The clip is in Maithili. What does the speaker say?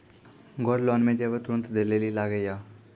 गोल्ड लोन मे जेबर तुरंत दै लेली लागेया?